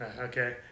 Okay